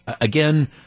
again